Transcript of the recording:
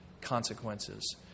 consequences